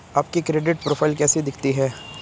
आपकी credit profile कैसी दिखती है?